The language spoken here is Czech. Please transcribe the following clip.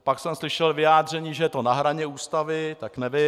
Pak jsem slyšel vyjádření, že je to na hraně Ústavy, tak nevím.